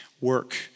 work